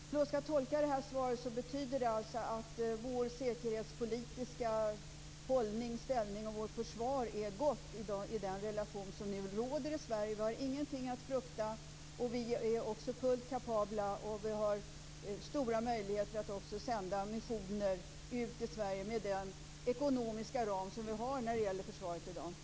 Fru talman! Om jag skall tolka det här svaret betyder det alltså att vår säkerhetspolitiska hållning och försvarets ställning är goda i den situation som nu råder i Sverige. Vi har ingenting att frukta, vi är fullt kapabla och vi har också stora möjligheter att sända missioner från Sverige med den ekonomiska ram som vi har när det gäller försvaret i dag.